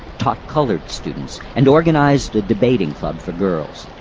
taught coloured students, and organized a debating club for girls.